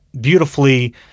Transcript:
beautifully